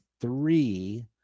three